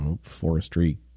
forestry